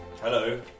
Hello